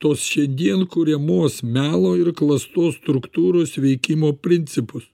tos šiandien kuriamos melo ir klastos struktūros veikimo principus